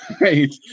right